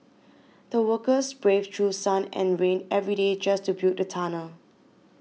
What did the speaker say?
the workers braved through sun and rain every day just to build the tunnel